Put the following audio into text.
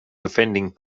defending